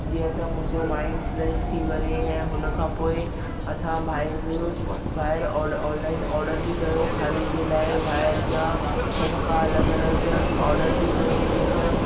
जीअं त मुंहिंजो माइंड फ्रैश थी वञे ऐं हुन खां पोइ असां ॿाहिरि ॿाहिरि ऑड ऑनलाइन ऑडर बि कयो खाधे जे लाइ ॿाहिरि जा चस्का अलॻि अलॻि ऑडर बि कयो जीअं त